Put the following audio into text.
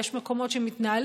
יש מקומות שמתנהלים,